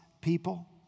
people